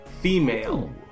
female